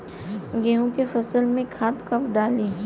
गेहूं के फसल में खाद कब डाली?